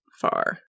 far